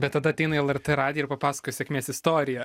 bet tada ateina į lrt radiją ir papasakoja sėkmės istoriją